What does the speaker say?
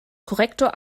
korrektor